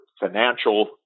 financial